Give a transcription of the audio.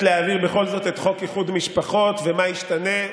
להעביר בכל זאת את חוק איחוד משפחות ומה ישתנה?